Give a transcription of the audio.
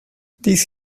this